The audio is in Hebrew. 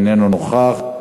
איננו נוכח,